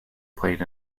played